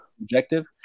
objective